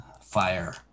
fire